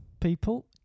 people